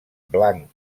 blanc